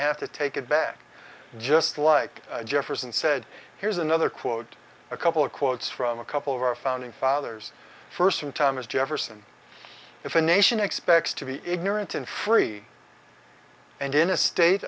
have to take it back just like jefferson said here's another quote a couple of quotes from a couple of our founding fathers first from thomas jefferson if a nation expects to be ignorant and free and in a state